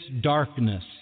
darkness